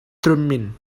thummim